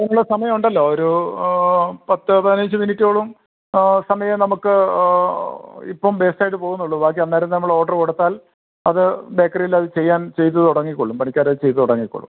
അതിനുള്ള സമയം ഉണ്ടല്ലോ ഒരു പത്ത് പതിനഞ്ച് മിനിറ്റോളം സമയം നമുക്ക് ഇപ്പം വേസ്റ്റ് ആയിട്ട് പോകുന്നുള്ളു ബാക്കി അന്നേരം നമ്മൾ ഓർഡറ് കൊടുത്താൽ അത് ബേക്കറിയിൽ അത് ചെയ്യാൻ ചെയ്തു തുടങ്ങിക്കൊള്ളും പണിക്കാർ അത് ചെയ്തു തുടങ്ങിക്കോളും